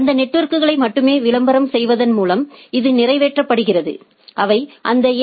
அந்த நெட்வொர்க்குகளை மட்டுமே விளம்பரம் செய்வதன் மூலம் இது நிறைவேற்றப்படுகிறது அவை அந்த ஏ